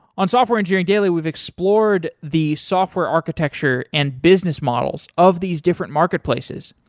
on software engineering daily, we've explored the software architecture and business models of these different marketplaces.